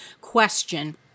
question